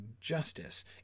justice